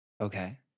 Okay